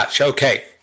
Okay